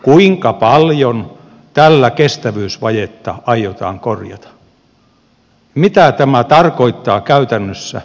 kuinka paljon tällä kestävyysvajetta aiotaan korjata mitä tämä tarkoittaa käytännössä